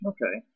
Okay